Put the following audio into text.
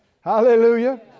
Hallelujah